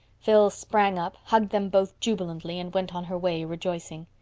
phil sprang up, hugged them both jubilantly, and went on her way rejoicing.